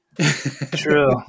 True